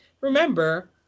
remember